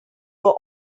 were